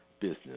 business